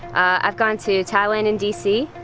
i've gone to thailand and dc.